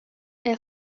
est